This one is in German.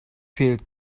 fehlt